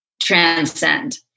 transcend